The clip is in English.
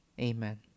Amen